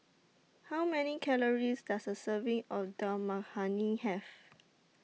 How Many Calories Does A Serving of Dal Makhani Have